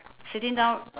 sitting down